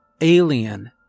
alien